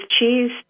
cheese